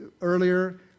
earlier